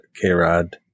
K-Rod